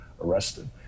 arrested